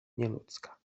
nieludzka